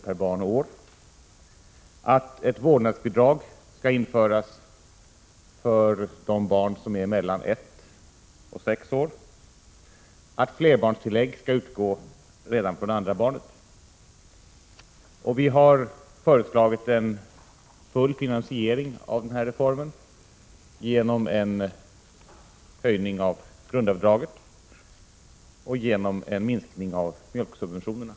per barn och år, att ett vårdnadsbidrag skall införas för de barn som är mellan ett och sex år och att flerbarnstillägg skall utgå redan från andra barnet. Vi har föreslagit en full finansiering av denna reform genom en sänkning av grundavdraget och genom en minskning av mjölksubventionerna.